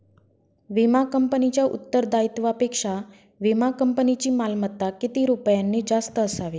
विमा कंपनीच्या उत्तरदायित्वापेक्षा विमा कंपनीची मालमत्ता किती रुपयांनी जास्त असावी?